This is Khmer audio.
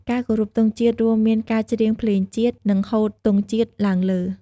ការគោរពទង់ជាតិរួមមានការច្រៀងភ្លេងជាតិ និងហូតទង់ជាតិឡើងលើ។